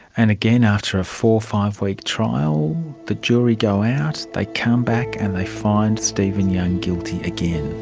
and again, after a four five-week trial, the jury go out, they come back, and they find stephen young guilty again.